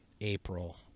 April